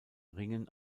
ringen